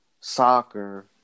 soccer